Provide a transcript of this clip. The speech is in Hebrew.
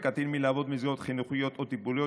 קטין לעבוד במסגרות חינוכיות או טיפוליות,